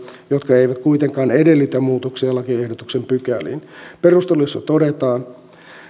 jotka eivät kuitenkaan edellytä muutoksia lakiehdotuksen pykäliin perusteluissa todetaan